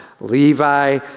Levi